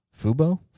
Fubo